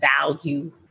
value